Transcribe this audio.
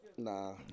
Nah